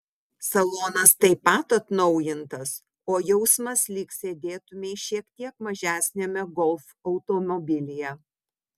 salonas taip pat atnaujintas o jausmas lyg sėdėtumei šiek tiek mažesniame golf automobilyje